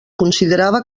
considerava